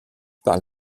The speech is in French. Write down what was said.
par